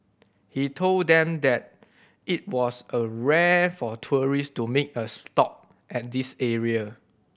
he told them that it was a rare for tourist to make a stop at this area